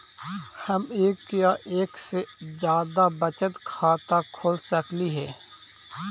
हम एक या एक से जादा बचत खाता खोल सकली हे?